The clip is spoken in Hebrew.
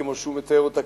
כמו שהוא מתאר אותה,